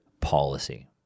policy